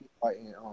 fighting